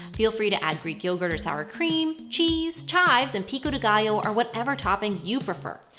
feel free to add greek yogurt or sour cream, cheese, chives, and pico de gallo or whatever toppings you prefer!